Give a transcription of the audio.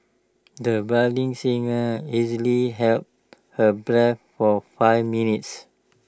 the budding singer easily held her breath for five minutes